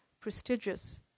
prestigious